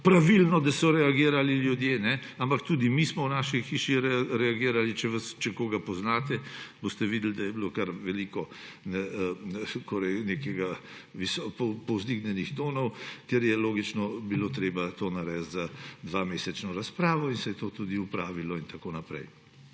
pravilno, da so ljudje reagirali, ampak tudi mi smo v naši hiši reagirali. Če koga poznate, boste videli, da je bilo kar veliko povzdignjenih tonov, ker je logično bilo treba to narediti za dvomesečno razpravo in se je to tudi opravilo in tako naprej.